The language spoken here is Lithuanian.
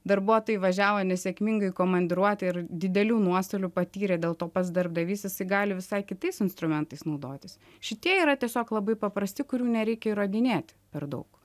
darbuotojai važiavo nesėkmingai į komandiruotę ir didelių nuostolių patyrė dėl to pats darbdavys jisai gali visai kitais instrumentais naudotis šitie yra tiesiog labai paprasti kurių nereikia įrodinėti per daug